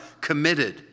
committed